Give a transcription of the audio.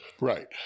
right